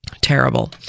terrible